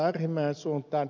arhinmäen suuntaan